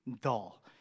dull